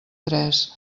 tres